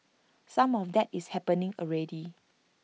some of that is happening already